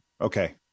okay